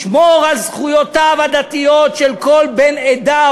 לשמור על זכויותיו הדתיות של כל בן עדה,